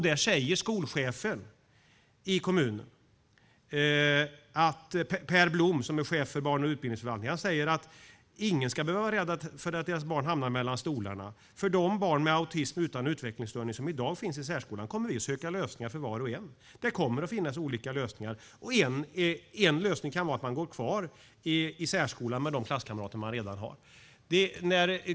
Där säger Per Blom som är chef för barn och utbildningsförvaltningen i kommunen: Ingen ska behöva vara rädd för att deras barn hamnar mellan stolarna. För de barn med autism utan utvecklingsstörning som i dag finns i särskolan kommer vi att söka lösningar för var och en. Det kommer att finnas olika lösningar, och en lösning kan vara att man går kvar i särskolan med de klasskamrater man redan har.